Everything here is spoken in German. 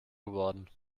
geworden